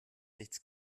nichts